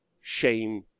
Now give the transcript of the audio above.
shame